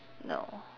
no